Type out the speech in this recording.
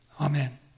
Amen